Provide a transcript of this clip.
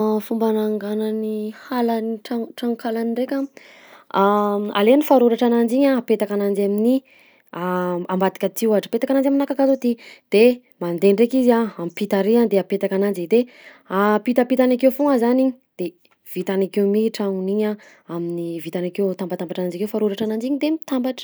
Fomba ananganan'ny hala n- trano tranonkalany ndraika: alainy faroratra ananjy igny a apetaka ananjy amin'ny ambadika aty ohatra, apetaka ananjy aminà kakazo aty, de mandeha ndraika izy a ampitana ary a de apetaka ananjy e; de apitapitany akeo foagna zany igny, de vitany akeo mi tragnony igny a amin'ny vitany akeo atambatambatra ananjy akeo faroratra ananjy igny de mitambatra.